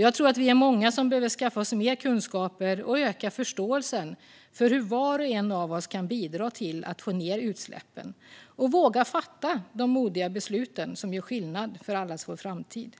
Jag tror att vi är många som behöver skaffa oss mer kunskaper och öka förståelsen för hur var och en av oss kan bidra till att få ned utsläppen. Vi är många som måste våga fatta de modiga politiska beslut som gör skillnad för allas vår framtid.